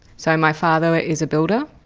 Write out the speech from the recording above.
so my father is a builder.